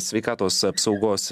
sveikatos apsaugos